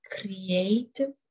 creative